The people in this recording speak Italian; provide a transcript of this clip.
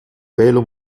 pelo